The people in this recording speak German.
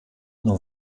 nur